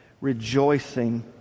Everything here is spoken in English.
rejoicing